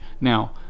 Now